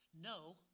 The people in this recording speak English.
No